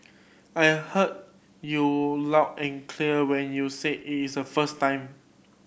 I heard you loud and clear when you said a first time